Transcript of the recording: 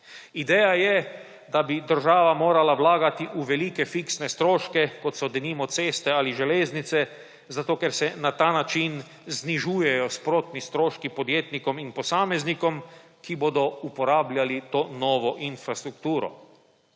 Ideja je, da bi država morala vlagati v velike fiksne stroške, kot so, denimo, ceste ali železnice, zato ker se na ta način znižujejo sprotni stroški podjetnikom in posameznikom, ki bodo uporabljali to novo infrastrukturo.